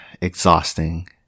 exhausting